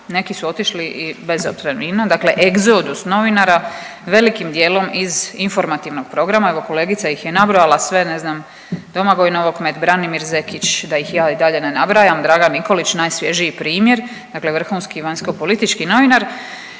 Neki su otišli i bez otpremnina, dakle egzodus novinara velikim dijelom iz informativnog programa. Evo kolegica ih je nabrojala sve ne znam Domagoj Novokmet, Branimir Zekić, da ih ja i dalje ne nabrajam, Dragan Nikolić najsvježiji primjer. Dakle, vrhunski vanjsko-politički novinar